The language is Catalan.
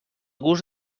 gust